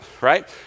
right